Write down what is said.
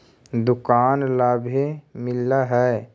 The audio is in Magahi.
दुकान ला भी मिलहै?